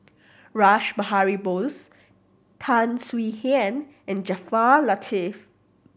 Rash Behari Bose Tan Swie Hian and Jaafar Latiff